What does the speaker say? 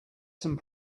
some